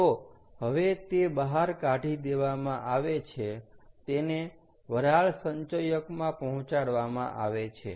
તો હવે તે બહાર કાઢી દેવામાં આવે છે તેને વરાળ સંચયકમાં પહોંચાડવામાં આવે છે